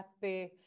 happy